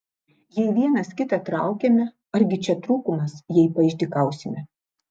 jei vienas kitą traukiame argi čia trūkumas jei paišdykausime